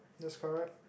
that's correct